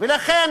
לכן